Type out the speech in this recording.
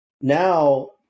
now